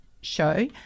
show